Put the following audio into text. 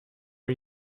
are